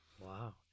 Wow